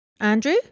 Andrew